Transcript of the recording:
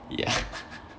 ya